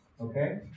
Okay